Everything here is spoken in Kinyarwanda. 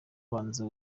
banza